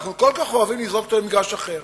אנחנו כל כך אוהבים לזרוק אותו למגרש אחר.